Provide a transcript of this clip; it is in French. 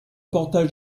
portage